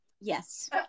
Yes